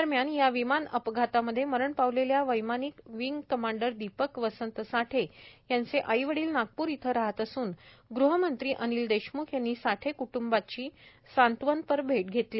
दरम्यान या विमान अपघातामध्ये मरण पावलेल्या वैमानिक विंग कमांडर दीपक वसंत साठे यांचे आई वडील नागपूर येथे राहत असून गृहमंत्री अनिल देशम्ख यांनी साठे क्ट्ंबाची सांत्वनपर भेट घेतली